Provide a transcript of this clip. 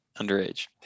Underage